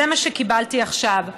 זה מה שקיבלתי עכשיו.